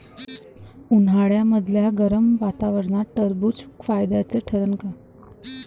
उन्हाळ्यामदल्या गरम वातावरनात टरबुज फायद्याचं ठरन का?